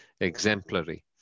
exemplary